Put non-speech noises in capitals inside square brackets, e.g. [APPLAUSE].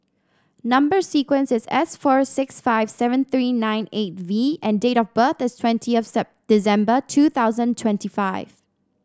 number sequence is S four six five seven three nine eight V and date of birth is twentieth [UNINTELLIGIBLE] December two thousand twenty five